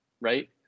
right